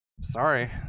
Sorry